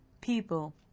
people